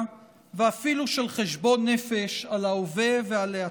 ואפילו של חשבון נפש על ההווה ועל העתיד.